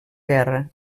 guerra